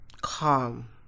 calm